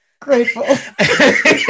grateful